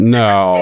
no